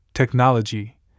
technology